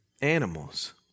animals